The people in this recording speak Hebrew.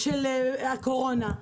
של הקורונה.